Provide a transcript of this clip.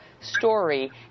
story